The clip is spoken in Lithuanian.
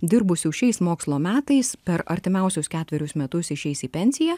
dirbusių šiais mokslo metais per artimiausius ketverius metus išeis į pensiją